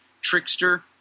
trickster